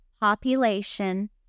population